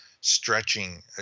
stretching